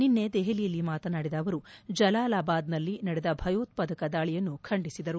ನಿನ್ನೆ ದೆಪಲಿಯಲ್ಲಿ ಮಾತನಾಡಿದ ಅವರು ಜಲಾಲಾಬಾದ್ನಲ್ಲಿ ನಡೆದ ಭಯೋತ್ವಾದಕ ದಾಳಿಯನ್ನು ಖಂಡಿಸಿದರು